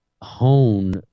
hone